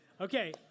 Okay